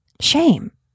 shame